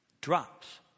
drops